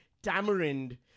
tamarind